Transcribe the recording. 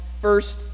first